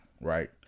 right